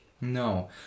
no